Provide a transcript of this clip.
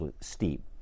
steep